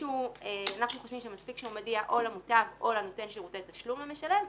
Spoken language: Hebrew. אנחנו חושבים שמספיק שהוא מודיע או למוטב או לנותן שירותי תשלום למשלם,